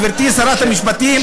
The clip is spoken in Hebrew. גברתי שרת המשפטים,